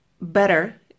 better